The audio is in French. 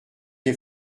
les